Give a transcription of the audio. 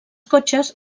cotxes